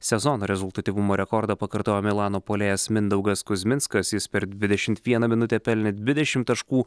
sezono rezultatyvumo rekordą pakartojo milano puolėjas mindaugas kuzminskas jis per dvidešimt vieną minutę pelnė dvidešimt taškų